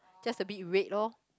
just a bit red lor